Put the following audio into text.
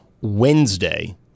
Wednesday